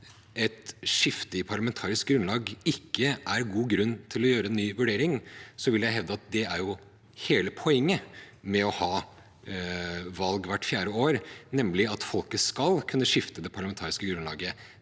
at et skifte i parlamentarisk grunnlag ikke er god grunn til å gjøre en ny vurdering, vil jeg hevde at det er hele poenget med å ha valg hvert fjerde år, nemlig at folket skal kunne skifte det parlamentariske grunnlaget